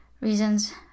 reasons